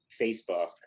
Facebook